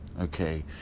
Okay